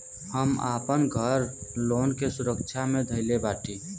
हम आपन घर लोन के सुरक्षा मे धईले बाटी